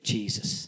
Jesus